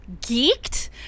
geeked